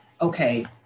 okay